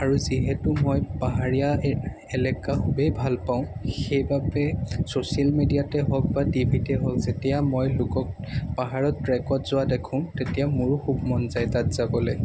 আৰু যিহেতু মই পাহাৰীয়া এ এলেকা খুবেই ভাল পাওঁ সেইবাবে ছ'চিয়েল মেডিয়াতে হওক বা টিভি তেই হওক যেতিয়া মই লোকক পাহাৰত ট্ৰেকত যোৱা দেখোঁ তেতিয়া মোৰো খুব মন যায় তাত যাবলৈ